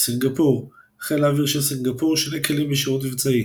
סינגפור סינגפור – חיל האוויר של סינגפור – 2 כלים בשירות מבצעי.